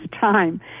time